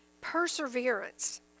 Perseverance